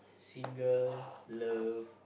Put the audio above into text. single love